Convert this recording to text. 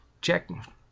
check